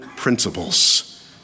principles